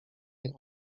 jej